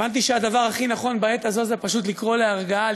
הבנתי שהדבר הכי נכון בעת הזאת זה פשוט לקרוא להרגעה,